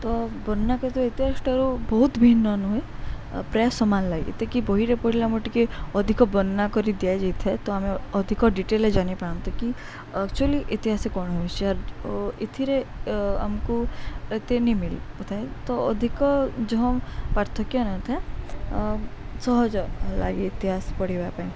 ତ ବର୍ଣ୍ଣନା କରିଥିବା ଇତିହାସଠାରୁ ବହୁତ ଭିନ୍ନ ନୁହେଁ ପ୍ରାୟ ସମାନ ଲାଗେ ଏତେ କି ବହିରେ ପଢ଼ିଲା ମୋର ଟିକେ ଅଧିକ ବର୍ଣ୍ଣନା କରି ଦିଆଯାଇଥାଏ ତ ଆମେ ଅଧିକ ଡିଟେଲେରେ ଜାଣିପାରନ୍ତି କି ଆକ୍ଚୁଆଲି ଇତିହାସ କଣ ହଉଚିର୍ ଏଥିରେ ଆମକୁ ଏତେ ନିମିଲିଥାଏ ତ ଅଧିକ ଯ ପାର୍ଥକ୍ୟ ନଥାଏ ସହଜ ଲାଗେ ଇତିହାସ ପଢ଼ିବା ପାଇଁ